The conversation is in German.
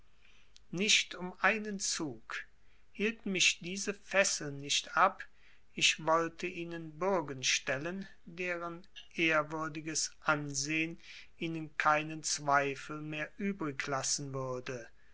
nicht um einen zug hielten mich diese fesseln nicht ab ich wollte ihnen bürgen stellen deren ehrwürdiges ansehen ihnen keinen zweifel mehr übriglassen würde